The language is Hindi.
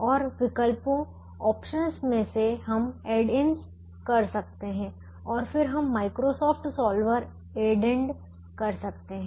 और विकल्पों ऑप्शंसoptions में से हम ऐड इन्स कर सकते है और फिर हम माइक्रोसॉफ्ट सोलवर एडेंड कर सकते है